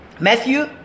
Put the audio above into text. Matthew